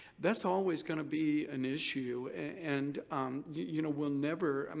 that's always going to be an issue and you know we'll never. um